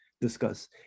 discuss